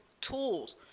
tools